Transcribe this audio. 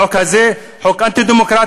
החוק הזה הוא חוק אנטי-דמוקרטי,